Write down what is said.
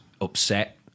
Upset